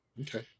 okay